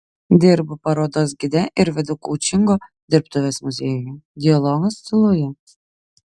dirbu parodos gide ir vedu koučingo dirbtuves muziejuje dialogas tyloje